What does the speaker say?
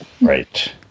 Right